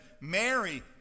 Mary